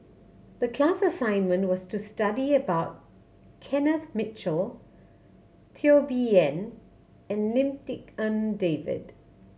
the class assignment was to study about Kenneth Mitchell Teo Bee Yen and Lim Tik En David